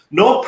no